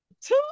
two